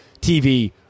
TV